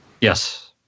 Yes